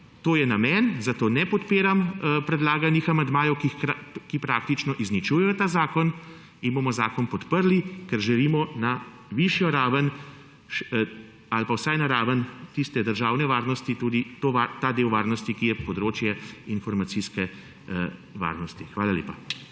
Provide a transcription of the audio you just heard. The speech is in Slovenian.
to je namen, zato ne podpiram predlaganih amandmajev, ki praktično izničujejo ta zakon in bomo zakon podprli, ker želimo na višjo raven ali pa vsaj na raven tiste državne varnosti tudi ta del varnosti, ki je področje 21. TRAK: (DAG)